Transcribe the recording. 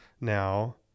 now